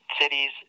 cities